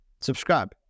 Subscribe